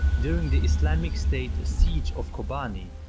during the islamic state siege of kobani,